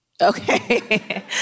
Okay